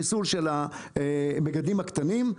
חיסול של המגדלים הקטנים.